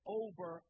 over